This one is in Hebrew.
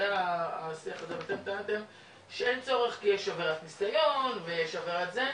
אתם טענתם שאין צורך כי יש עבירת ניסיון ויש עבירת זה,